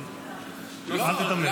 אבל אל תיתמם.